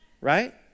right